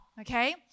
okay